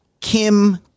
Kim